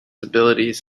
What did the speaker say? abilities